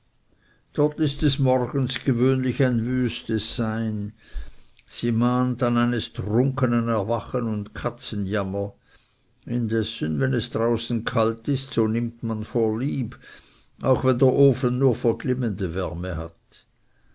dort ist des morgens gewöhnlich ein wüstes sein sie mahnt an eines trunkenen erwachen und katzenjammer indessen wenn es draußen kalt ist so nimmt man vorlieb auch wenn der ofen nur verglimmende wärme hat